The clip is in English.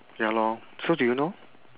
ya lor so do you know